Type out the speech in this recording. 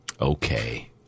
Okay